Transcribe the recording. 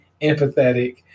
empathetic